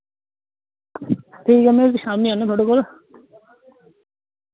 ठीक ऐ में फ्ही शाम्मीं औना थुआढ़े कोल